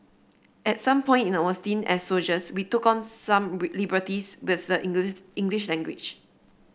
at some point in our stint as soldiers we took some liberties with the English English language